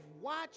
watch